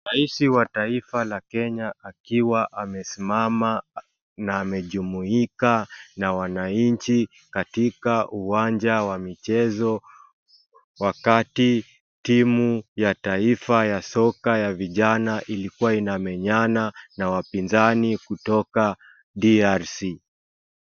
Rais wa taifa la kenya akiwa amesimama na amejumuika na wanaanchi katika uwanja wa michezo wakati timu ya taifa ya soka ya vijana ilikuwa inamenyana na wapinzani kutoka DRC.